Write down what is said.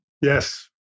Yes